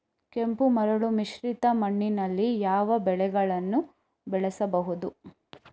ಕೆಂಪು ಮರಳು ಮಿಶ್ರಿತ ಮಣ್ಣಿನಲ್ಲಿ ಯಾವ ಬೆಳೆಗಳನ್ನು ಬೆಳೆಸಬಹುದು?